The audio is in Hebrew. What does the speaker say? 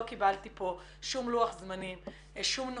לא קיבלתי כאן לוח זמנים כלשהו,